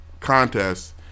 contest